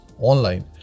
online